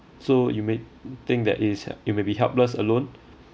so you may think that is he~ it may be helpless alone